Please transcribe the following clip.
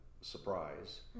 surprise